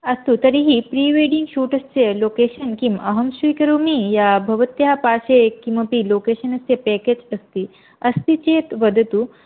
अस्तु तर्हि प्रीवेड्डिङ्ग् शूटस्य लोकेशन् किम् अहं स्वीकरोमि या भवत्याः पार्श्वे किमपि लोकेशन् अस्ति पेकेज् अस्ति अस्ति चेत् वदतु